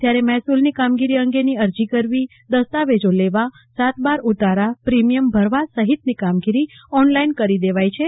ત્યારે મહેસુલની કામગીરી અંગેની અ રજી કરવી દસ્તાવેજો લેવા સાતબાર ઉતારા પ્રિમિયમ ભરવા સહિતની કામગીરી ઓનલાઈન કરી દે વાઈ છે